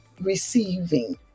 receiving